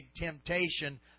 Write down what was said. temptation